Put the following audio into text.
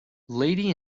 lady